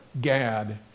Gad